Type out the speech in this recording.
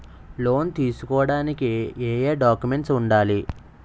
Loan తీసుకోడానికి ఏయే documents వుండాలి?